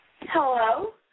Hello